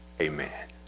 amen